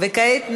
וכעת נצביע,